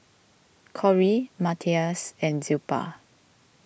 Kory Matias and Zilpah